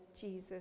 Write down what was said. Jesus